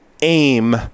aim